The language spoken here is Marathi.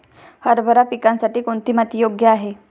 हरभरा पिकासाठी कोणती माती योग्य आहे?